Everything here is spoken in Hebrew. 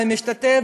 ומשתתף,